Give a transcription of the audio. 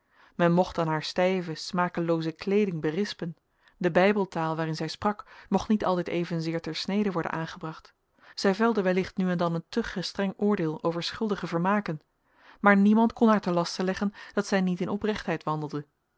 men mocht dan haar stijve smakelooze kleeding berispen de bijbeltaal waarin zij sprak mocht niet altijd evenzeer ter snede worden aangebracht zij velde wellicht nu en dan een te gestreng oordeel over schuldige vermaken maar niemand kon haar te laste leggen dat zij niet in